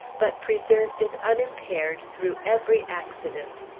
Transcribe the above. but preserved it unimpaired through every accident.